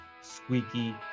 Squeaky